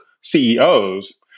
CEOs